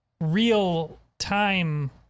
real-time